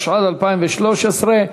התשע"ד 2013,